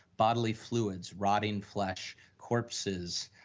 bodily fluids, rotting flesh, corpses,